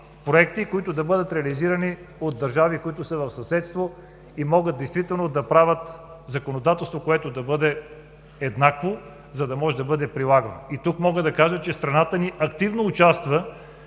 проекти, които да бъдат реализирани от държави, които са в съседство и могат действително да правят законодателство, което да бъде еднакво, за да може да бъде прилагано. И тук мога да кажа, че страната ни активно участва